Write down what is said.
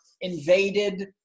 invaded